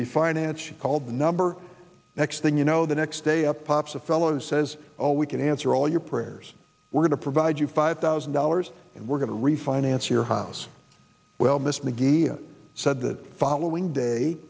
refinance she called number next thing you know the next day up pops a fellow says oh we can answer all your prayers we're going to provide you five thousand dollars and we're going to refinance your house well mr mcgee said the following day